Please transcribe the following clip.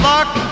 Luck